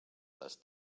les